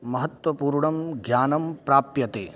महत्त्वपूर्णं ज्ञानं प्राप्यते